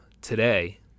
today